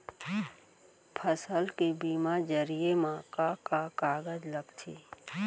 फसल के बीमा जरिए मा का का कागज लगथे?